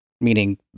meaning